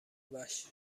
وحش